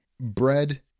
Bread